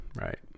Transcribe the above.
Right